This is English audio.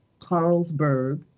Carlsberg